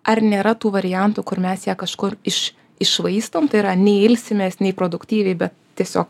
ar nėra tų variantų kur mes ją kažkur iš iššvaistom tai yra nei ilsimės nei produktyviai bet tiesiog